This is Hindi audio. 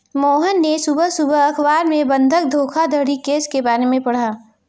मोहन ने सुबह सुबह अखबार में बंधक धोखाधड़ी केस के बारे में पढ़ा